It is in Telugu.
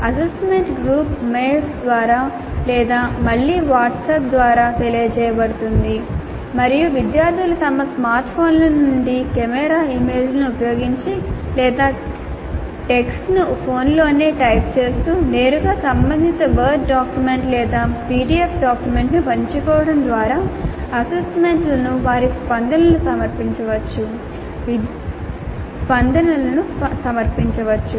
అసైన్మెంట్ గ్రూప్ మెయిల్స్ ద్వారా లేదా మళ్ళీ వాట్సాప్ ద్వారా తెలియజేయబడుతుంది మరియు విద్యార్థులు తమ స్మార్ట్ఫోన్ల నుండి కెమెరా ఇమేజ్లను ఉపయోగించి లేదా టెక్స్ట్ను ఫోన్లోనే టైప్ చేస్తే నేరుగా సంబంధిత వర్డ్ డాక్యుమెంట్ లేదా పిడిఎఫ్ డాక్యుమెంట్ను పంచుకోవడం ద్వారా అసైన్మెంట్లకు వారి స్పందనలను సమర్పించవచ్చు